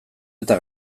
eta